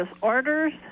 orders